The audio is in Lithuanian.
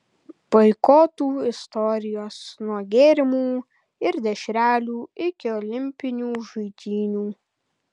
boikotų istorijos nuo gėrimų ir dešrelių iki olimpinių žaidynių